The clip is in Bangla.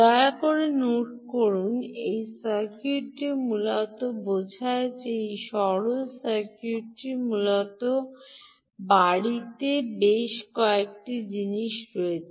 দয়া করে নোট করুন এই সার্কিটটি মূলত বোঝায় যে সরল সার্কিটটি মূলত বাড়িতে বেশ কয়েকটি জিনিস দিয়েছে